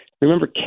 Remember